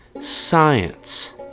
science